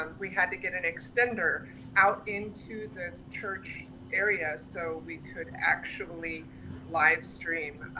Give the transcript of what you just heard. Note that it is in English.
um we had to get an extender out into the church area so we could actually live stream.